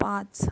पाच